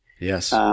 Yes